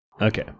Okay